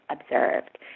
observed